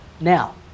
now